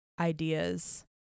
ideas